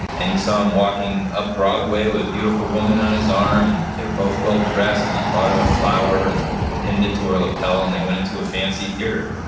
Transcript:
and he saw him walking up broadway with a beautiful woman on his arm. they were both well-dressed, and he bought her a flower and pinned it to her lapel and they went into a fancy theater.